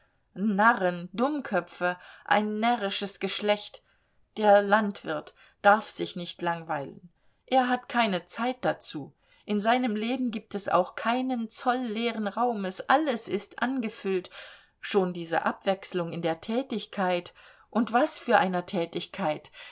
narren dummköpfe ein närrisches geschlecht der landwirt darf sich nicht langweilen er hat keine zeit dazu in seinem leben gibt es auch keinen zoll leeren raumes alles ist angefüllt schon diese abwechslung in der tätigkeit und was für einer tätigkeit